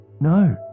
No